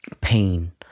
pain